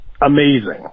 amazing